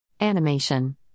animation